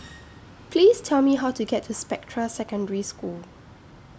Please Tell Me How to get to Spectra Secondary School